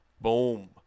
Boom